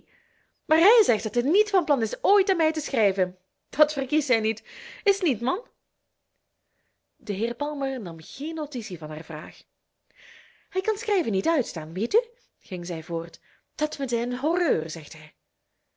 maar hij zegt dat hij niet van plan is ooit aan mij te schrijven dat verkiest hij niet is t niet man de heer palmer nam geen notitie van haar vraag hij kan schrijven niet uitstaan weet u ging zij voort dat vindt hij een horreur zegt hij